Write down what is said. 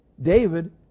david